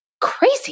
crazy